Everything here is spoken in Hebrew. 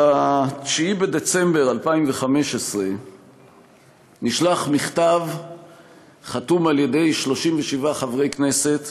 ב-9 בדצמבר 2015 נשלח מכתב חתום על-ידי 37 חברי כנסת